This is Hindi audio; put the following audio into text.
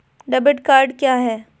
डेबिट कार्ड क्या है?